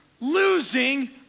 losing